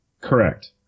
Correct